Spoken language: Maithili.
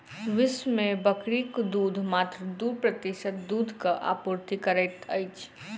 विश्व मे बकरीक दूध मात्र दू प्रतिशत दूधक आपूर्ति करैत अछि